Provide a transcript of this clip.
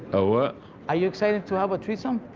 a what? are you excited to have a threesome?